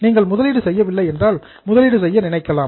நீங்கள் முதலீடு செய்யவில்லை என்றால் முதலீடு செய்ய நினைக்கலாம்